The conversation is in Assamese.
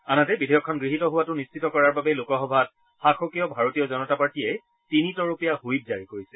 আনহাতে বিধেয়কখন গৃহীত হোৱাটো নিশ্চিত কৰাৰ বাবে লোকসভাত শাসকীয় ভাৰতীয় জনতা পাৰ্টিয়ে তিনি তৰপীয়া ছইপ জাৰি কৰিছে